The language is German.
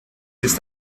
ist